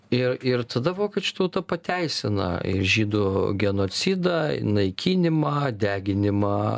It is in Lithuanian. ir ir tada vokiečių tauta pateisina ir žydų genocidą naikinimą deginimą